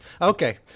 Okay